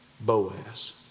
Boaz